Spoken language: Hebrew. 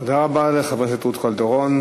תודה רבה לחברת הכנסת רות קלדרון.